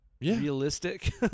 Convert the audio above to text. realistic